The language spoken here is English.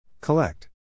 Collect